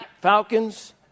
Falcons